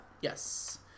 Yes